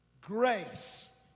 Grace